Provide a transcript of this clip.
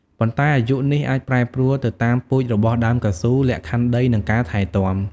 ប៉ុន្តែអាយុនេះអាចប្រែប្រួលទៅតាមពូជរបស់ដើមកៅស៊ូ លក្ខខណ្ឌដី និងការថែទាំ។